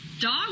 dog